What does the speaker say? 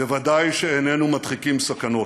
ודאי שאיננו מדחיקים סכנות.